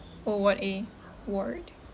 orh ward A ward